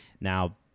Now